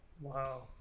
Wow